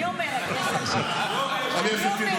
אני אומרת, יש עתיד.